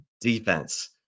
defense